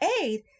aid